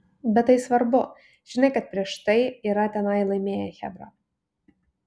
bet tai svarbu žinai kad prieš tai yra tenai laimėję chebra